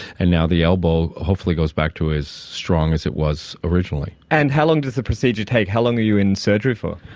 and now the elbow hopefully goes back to as strong as it was originally. and how long does the procedure take? how long are you in surgery for?